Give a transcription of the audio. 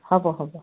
হ'ব হ'ব